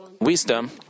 wisdom